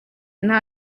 nta